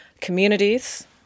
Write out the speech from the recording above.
communities